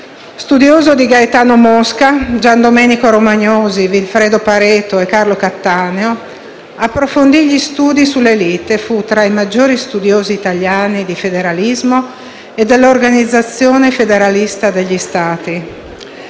Studioso di Gaetano Mosca, Gian Domenico Romagnosi, Vilfredo Pareto e Carlo Cattaneo, approfondì gli studi sulle *élite* e fu tra i maggiori studiosi italiani di federalismo e dell'organizzazione federalista degli Stati.